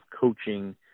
coaching